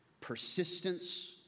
persistence